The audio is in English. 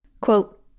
Quote